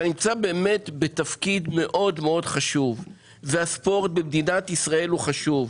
אתה נמצא בתפקיד מאוד מאוד חשוב והספורט במדינת ישראל הוא חשוב.